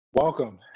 Welcome